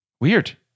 Weird